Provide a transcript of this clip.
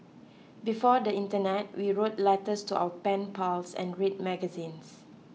before the internet we wrote letters to our pen pals and read magazines